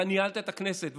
אתה ניהלת את הכנסת,